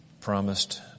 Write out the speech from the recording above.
promised